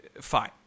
Fine